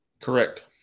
Correct